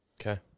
Okay